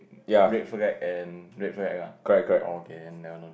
red flag and red flag lah okay then I know